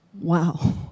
Wow